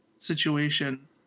situation